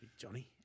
Johnny